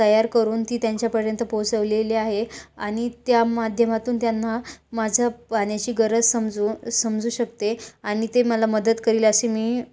तयार करून ती त्यांच्यापर्यंत पोचवलेली आहे आणि त्या माध्यमातून त्यांना माझं पाण्याची गरज समजू समजू शकते आणि ते मला मदत करतील अशी मी